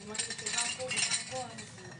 איך קובעים אותו?